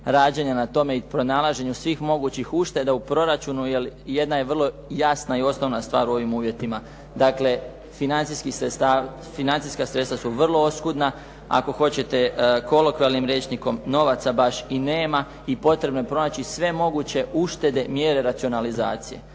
rađenja na tome i pronalaženju svih mogućnih ušteda u proračunu. Jer jedna je vrlo jasna i osnovna stvar u ovim uvjetima, dakle financijska sredstva su vrlo oskudna. Ako hoćete kolokvijalnim rječnikom novaca baš i nema i potrebno je pronaći sve moguće uštede, mjere racionalizacije.